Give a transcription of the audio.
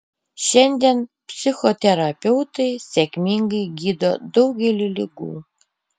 šiandien psichoterapeutai sėkmingai gydo daugelį ligų